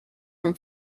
from